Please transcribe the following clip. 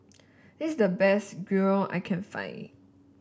this is the best Gyro I can find